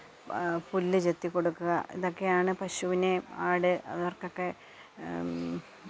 പുല്ല് ചെത്തി കൊടുക്കുക ഇതൊക്കെയാണ് പശുവിന് ആട് അവർക്കൊക്കെ